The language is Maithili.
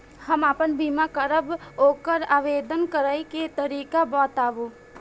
हम आपन बीमा करब ओकर आवेदन करै के तरीका बताबु?